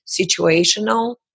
situational